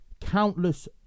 countless